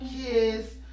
kiss